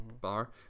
bar